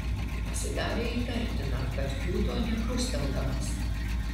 pasidarė įtartina kad kiūto nekrusteldamas